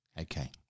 Okay